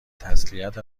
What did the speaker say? تسلیت